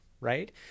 right